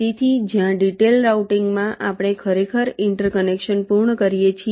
તેથી જ્યાં ડિટેઈલ્ડ રાઉટીંગમાં આપણે ખરેખર ઇન્ટરકનેક્શન્સ પૂર્ણ કરીએ છીએ